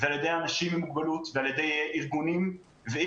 על ידי אנשים עם מוגבלות ועל ידי ארגונים ואי